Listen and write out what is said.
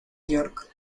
york